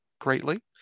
greatly